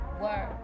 Word